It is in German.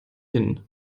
hin